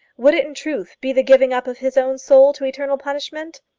would it in truth be the giving up of his own soul to eternal punishment?